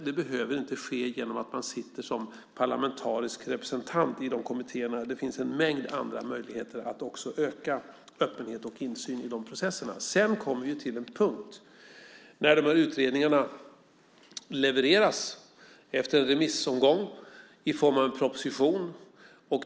Det behöver inte ske genom att man sitter som parlamentarisk representant i kommittéerna. Det finns en mängd andra möjligheter att öka öppenhet och insyn i de processerna. Sedan kommer vi till en punkt när utredningarna levereras efter en remissomgång i form av en proposition.